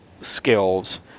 skills